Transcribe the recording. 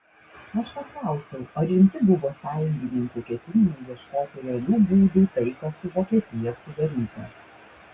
aš paklausiau ar rimti buvo sąjungininkų ketinimai ieškoti realių būdų taiką su vokietija sudaryti